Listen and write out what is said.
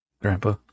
Grandpa